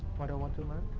why do i want to learn?